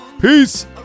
Peace